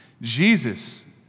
Jesus